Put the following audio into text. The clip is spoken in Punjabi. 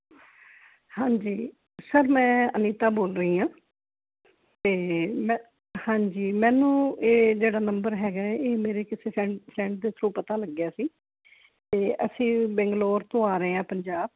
ਹਾਂਜੀ ਸਰ ਮੈਂ ਅਨੀਤਾ ਬੋਲ ਰਹੀ ਆਂ ਤੇ ਮੈਂ ਹਾਂਜੀ ਮੈਨੂੰ ਇਹ ਜਿਹੜਾ ਨੰਬਰ ਹੈਗਾ ਇਹ ਮੇਰੇ ਕਿਸੇ ਫਰੈਂਡ ਦੇ ਥਰੂ ਪਤਾ ਲੱਗਿਆ ਸੀ ਤੇ ਅਸੀਂ ਬੈਂਗਲੋਰ ਤੋਂ ਆ ਰਹੇ ਆ ਪੰਜਾਬ